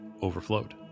Overflowed